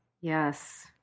Yes